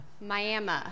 Miami